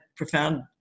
Profound